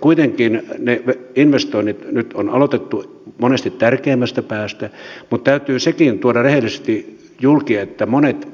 kuitenkin ne investoinnit nyt on aloitettu monesti tärkeimmästä päästä mutta täytyy sekin tuoda rehellisesti julki että monet